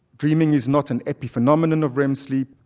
dreaming is not an epiphenomenon of rem sleep,